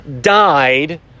died